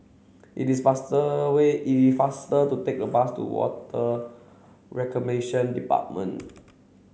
it is faster way it faster to take the bus to Water Reclamation Department